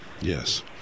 Yes